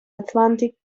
atlantic